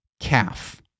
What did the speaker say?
Calf